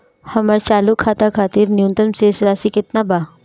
हमर चालू खाता खातिर न्यूनतम शेष राशि केतना बा?